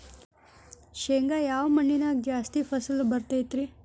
ಶೇಂಗಾ ಯಾವ ಮಣ್ಣಿನ್ಯಾಗ ಜಾಸ್ತಿ ಫಸಲು ಬರತೈತ್ರಿ?